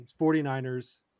49ers